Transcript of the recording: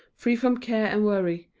free from care and worry,